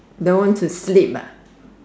don't want to sleep ah